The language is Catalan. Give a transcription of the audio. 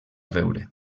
veure